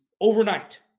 overnight